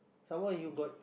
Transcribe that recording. some more you got